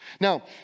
Now